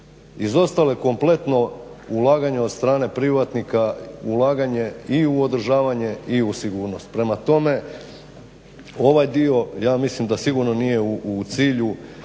izostalo je kompletno ulaganje od strane privatnika, ulaganje i u održavanje i u sigurnost. Prema tome, ovaj dio ja mislim da sigurno nije u cilju